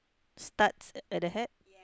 studs at the hat